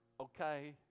okay